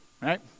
right